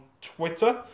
Twitter